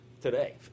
today